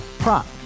Prop